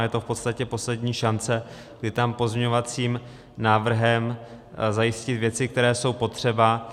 Je to v podstatě poslední šance, kdy tam lze pozměňovacím návrhem zajistit věci, které jsou potřeba.